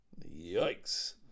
Yikes